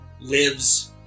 lives